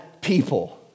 people